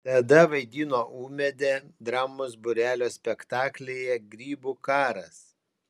tada vaidino ūmėdę dramos būrelio spektaklyje grybų karas